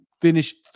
finished